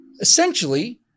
essentially